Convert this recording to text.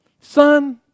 Son